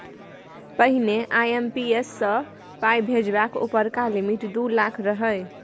पहिने आइ.एम.पी.एस सँ पाइ भेजबाक उपरका लिमिट दु लाख रहय